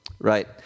Right